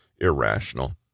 irrational